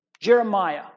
Jeremiah